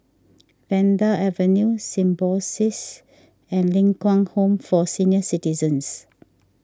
Vanda Avenue Symbiosis and Ling Kwang Home for Senior Citizens